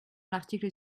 l’article